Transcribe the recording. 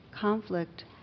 conflict